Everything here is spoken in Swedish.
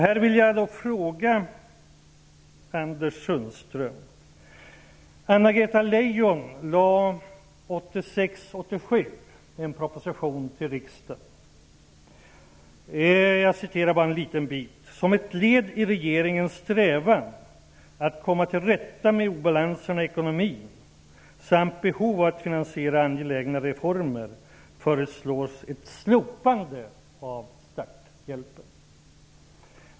Här vill jag att Anders Sundström skall lyssna. Anna-Greta Leijon lade 1986/87 fram en proposition till riksdagen, och hon skrev följande: Som ett led i regeringens strävan att komma till rätta med obalanserna i ekonomin samt behov av att finansiera angelägna reformer föreslås ett slopande av starthjälpen.